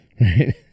Right